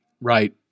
right